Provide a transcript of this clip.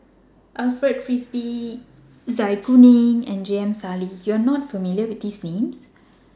Alfred Frisby Zai Kuning and J M Sali YOU Are not familiar with These Names